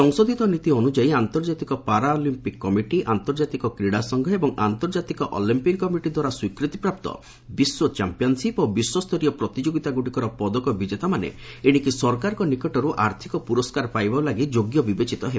ସଂଶୋଧିତ ନୀତି ଅନୁଯାୟୀ ଆନ୍ତର୍ଜାତିକ ପାରାଲିମ୍ପିକ୍ କମିଟି ଆନ୍ତର୍ଜାତିକ କ୍ରୀଡ଼ା ସଂଘ ଏବଂ ଆନ୍ତର୍ଜାତିକ ଅଲିମ୍ପିକ୍ କମିଟି ଦ୍ୱାରା ସ୍ୱୀକୃତିପ୍ରାପ୍ତ ବିଶ୍ୱ ଚାମ୍ପିୟନ୍ସିପ୍ ଓ ବିଶ୍ୱସ୍ତରୀୟ ପ୍ରତିଯୋଗିତାଗୁଡ଼ିକର ପଦକ ବିଜେତାମାନେ ଏଶିକି ସରକାରଙ୍କ ନିକଟରୁ ଆର୍ଥିକ ପୁରସ୍କାର ପାଇବା ଲାଗି ଯୋଗ୍ୟ ବିବେଚିତ ହେବ